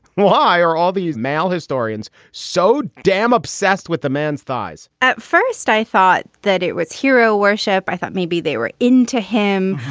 why are all these male historians so damn obsessed with the man's thighs? at first i thought that it was hero worship. worship. i thought maybe they were into him.